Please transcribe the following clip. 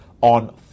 on